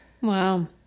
Wow